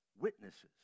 Witnesses